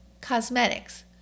cosmetics